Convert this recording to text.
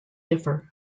differ